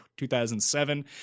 2007